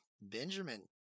Benjamin